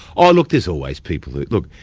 oh look, there's always people look,